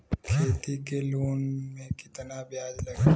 खेती के लोन में कितना ब्याज लगेला?